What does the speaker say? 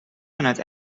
vanuit